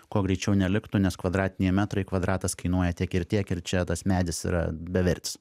kuo greičiau neliktų nes kvadratiniai metrai kvadratas kainuoja tiek ir tiek ir čia tas medis yra bevertis